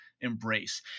embrace